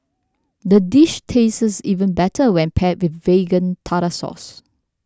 the dish tastes even better when paired with Vegan Tartar Sauce